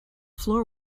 floor